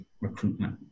recruitment